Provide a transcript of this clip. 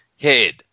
head